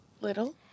Little